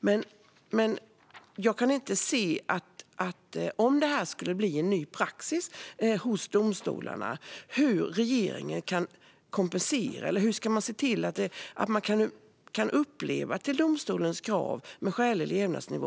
Men om det här skulle blir den nya standarden och en ny praxis hos domstolarna kan jag inte se hur regeringen ska se till att man kan leva upp till domstolens krav på skälig levnadsnivå.